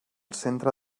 centre